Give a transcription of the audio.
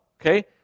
okay